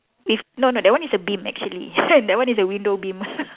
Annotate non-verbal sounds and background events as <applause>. if no no that one is a beam actually <laughs> that one is a window beam <laughs>